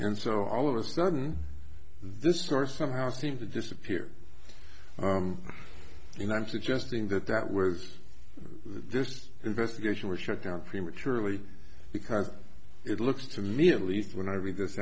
and so all of a sudden this source somehow seemed to disappear and i'm suggesting that that was this investigation was shut down prematurely because it looks to me at least when i read this